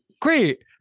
great